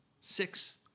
six